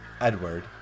Edward